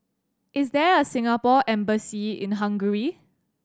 is there a Singapore Embassy in Hungary